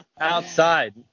outside